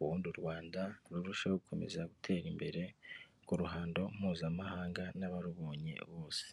ubundi u Rwanda rurusheho gukomeza gutera imbere ku ruhando mpuzamahanga n'abarubonye bose.